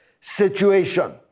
situation